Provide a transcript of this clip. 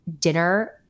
dinner